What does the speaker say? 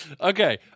Okay